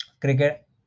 cricket